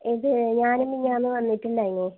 ഇത് ഞാൻ മിനിയാന്ന് വന്നിട്ടുണ്ടായിന്